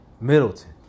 Middleton